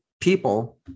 people